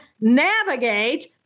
navigate